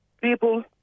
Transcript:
people